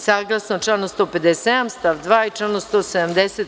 Saglasno članu 157. stav 2. i članu 170.